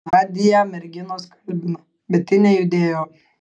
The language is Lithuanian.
nadią merginos kalbino bet ji nejudėjo